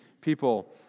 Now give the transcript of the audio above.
people